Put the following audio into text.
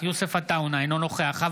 אינו נוכח יוסף עטאונה,